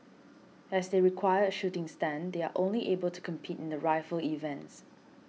as they require a shooting stand they are only able compete in the rifle events